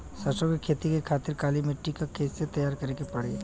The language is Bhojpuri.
सरसो के खेती के खातिर काली माटी के कैसे तैयार करे के पड़ी?